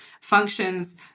functions